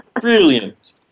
Brilliant